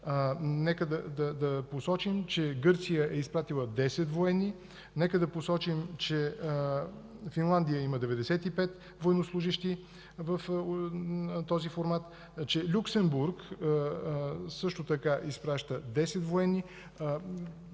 Нека да посочим, че Гърция е изпратила 10 военни, нека да посочим, че Финландия има 95 военнослужещи в този формат, че Люксембург също така изпраща 10 военни.